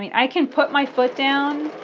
i mean i can put my foot down,